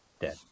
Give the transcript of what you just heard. dead